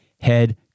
head